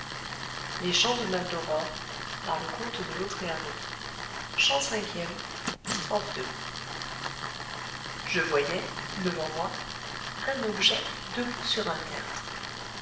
je voyais devant moi un objet debout sur un tertre